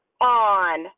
on